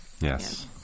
Yes